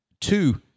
Two